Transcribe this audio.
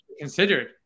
considered